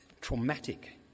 traumatic